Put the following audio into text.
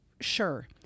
Sure